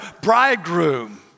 bridegroom